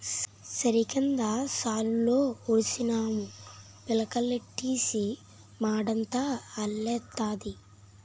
సారికంద సాలులో ఉడిసినాము పిలకలెట్టీసి మడంతా అల్లెత్తాది